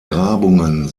grabungen